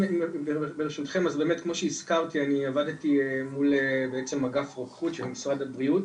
כמו שהזכרתי אני עבדתי מול אגף רוקחות של משרד הבריאות